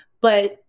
But-